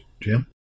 Jim